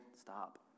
stop